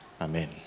Amen